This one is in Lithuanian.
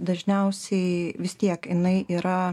dažniausiai vis tiek jinai yra